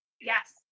Yes